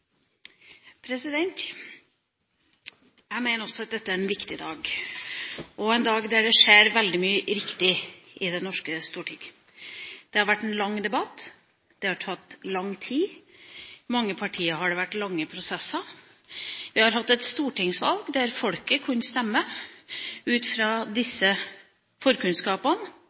en viktig dag og en dag da det skjer veldig mye riktig i det norske stortinget. Det har vært en lang debatt, det har tatt lang tid, og for mange partier har det vært lange prosesser. Vi har hatt et stortingsvalg der folket kunne stemme ut fra disse forkunnskapene.